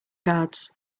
guards